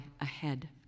ahead